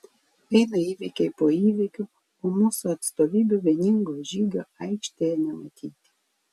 eina įvykiai po įvykių o mūsų atstovybių vieningo žygio aikštėje nematyti